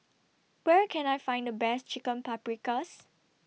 Where Can I Find The Best Chicken Paprikas